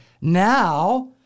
now